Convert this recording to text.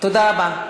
תודה רבה.